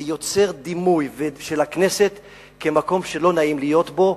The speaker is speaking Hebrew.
ויוצר דימוי של הכנסת כמקום שלא נעים להיות בו,